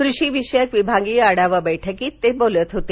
कृषीविषयक विभागीय आढावा बैठकीत ते बोलत होते